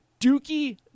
Dookie